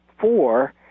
four